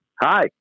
Hi